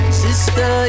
sister